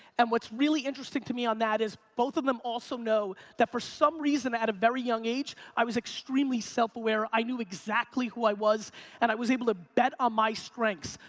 and what's really interesting to me on that is both of them also know, that for some reason at a very young age, i was extremely self-aware. i knew exactly who i was and i was able to bet on my strengths.